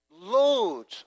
Loads